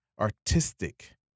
artistic